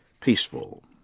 PEACEFUL